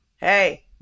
hey